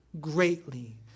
greatly